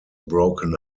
broken